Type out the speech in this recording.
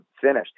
finished